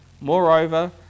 Moreover